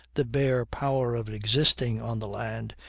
the bare power of existing on the land,